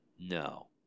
no